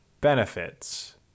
benefits